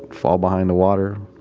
fall behind the water.